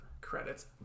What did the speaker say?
credits